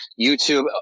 YouTube